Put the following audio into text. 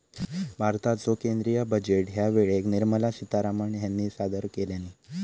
भारताचो केंद्रीय बजेट ह्या वेळेक निर्मला सीतारामण ह्यानी सादर केल्यानी